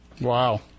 Wow